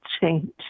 change